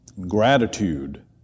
gratitude